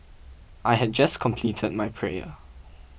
I had just completed my prayer